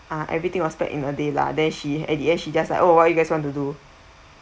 ah everything was back in a day lah then she at the end she just like oh what you guys want to do